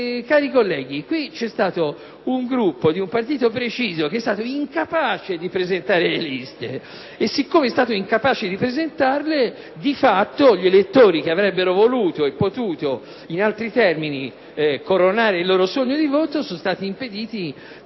Cari colleghi, c'è stato un gruppo di un partito preciso che si è dimostrato incapace di presentare le liste e poiché è stato incapace, di fatto, gli elettori che avrebbero voluto e potuto in altri termini coronare il loro sogno di voto sono stati impediti da